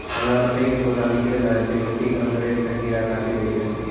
हमरा मकई के पौधा निकैल रहल छै मिट्टी के अंदरे से कीड़ा काटी दै छै?